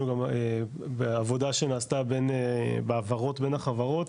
עבודה שנעשתה בהעברות בין החברות,